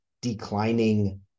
declining